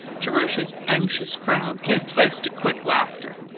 jerusha's anxious frown gave place to quick laughter.